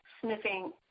sniffing